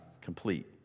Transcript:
complete